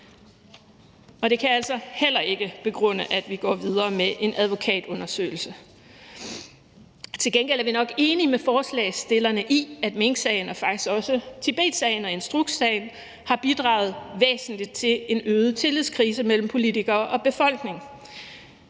Det kan altså heller ikke begrunde, at vi går videre med en advokatundersøgelse. Til gengæld er vi nok enige med forslagsstillerne i, at minksagen og faktisk også Tibetsagen og instrukssagen har bidraget væsentligt til en øget tillidskrise mellem politikere og befolkning.